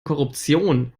korruption